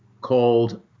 called